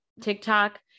tiktok